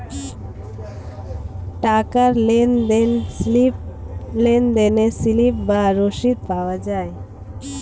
টাকার লেনদেনে স্লিপ বা রসিদ পাওয়া যায়